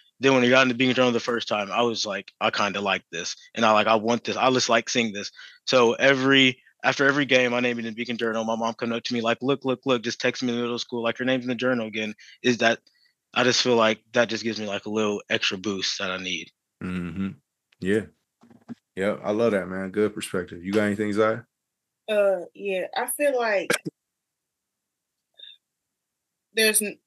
then when it got into Beacon Journal the first time, I was like, "I kinda like this," and I like, "I want this. I just like seeing this." So every- after every game, my name is in Beacon Journal. My mom come up to me like, "Look, look, look," just text me in the middle of school, like, "Your name's in the journal again." Is that- I just feel like that just gives me, like, a little extra boost that I need. Mhm. Yeah. Yeah, I love that, man. Good perspective. You got anything, Zaya? Uh, yeah, I feel like- There's n-